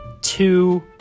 two